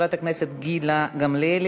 חברת הכנסת גילה גמליאל,